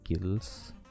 kills